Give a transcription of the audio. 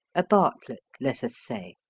a bartlett, let us say.